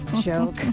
joke